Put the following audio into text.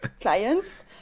clients